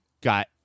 got